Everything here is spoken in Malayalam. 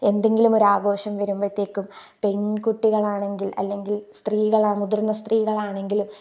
എന്തെങ്കിലുമൊരു ആഘോഷം വരുമ്പോഴത്തേക്കും പെൺകുട്ടികളാണെങ്കിൽ അല്ലെങ്കിൽ സ്ത്രീകള മുതിർന്ന സ്ത്രീകളാണെങ്കിലും